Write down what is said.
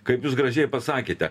kaip jūs gražiai pasakėte